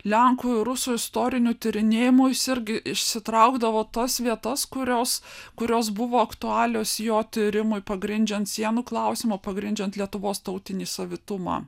lenkų rusų istorinių tyrinėjimų jis irgi išsitraukdavo tas vietas kurios kurios buvo aktualios jo tyrimui pagrindžiant sienų klausimą pagrindžiant lietuvos tautinį savitumą